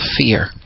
fear